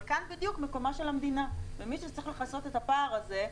אבל כאן בדיוק מקומה של המדינה ומי שצריך לכסות את הפער הזה.